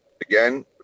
again